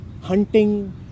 hunting